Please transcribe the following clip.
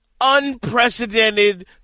Unprecedented